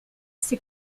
c’est